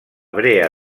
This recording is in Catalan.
brea